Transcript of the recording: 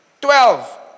Twelve